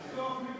לשבחים.